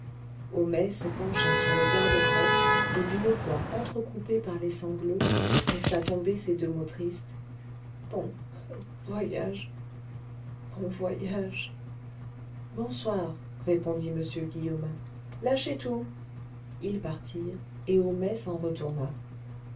homais se pencha sur le garde crotte et d'une voix entrecoupée par les sanglots laissa tomber ces deux mots tristes bon voyage bonsoir répondit m guillaumin lâchez tout ils partirent et homais s'en retourna